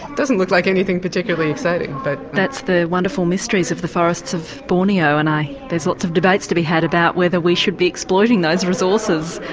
doesn't look like anything particularly exciting, but. that's the wonderful mysteries of the forests of borneo, and there's lots of debates to be had about whether we should be exploiting those resources.